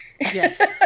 Yes